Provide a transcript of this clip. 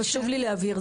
חשוב לי להבהיר,